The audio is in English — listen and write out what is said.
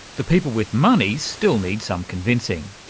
the people with money still need some convincing.